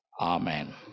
Amen